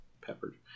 peppered